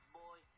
boy